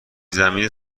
زمینی